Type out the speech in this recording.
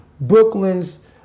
Brooklyn's